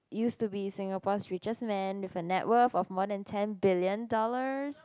used to be Singapore's richest man with a net worth of ten billion dollars